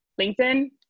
LinkedIn